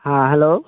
ᱦᱮᱸ ᱦᱮᱞᱳ